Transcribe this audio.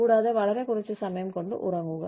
കൂടാതെ വളരെ കുറച്ച് സമയം കൊണ്ട് ഉറങ്ങുക